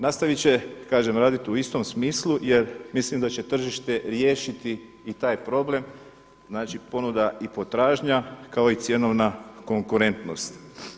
Nastavit će kažem raditi u istom smislu, jer mislim da će tržište riješiti i taj problem, znači ponuda i potražnja kao i cjenovna konkurentnost.